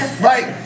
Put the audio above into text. Right